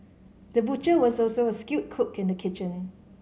the butcher was also a skilled cook in the kitchen